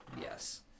Yes